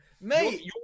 mate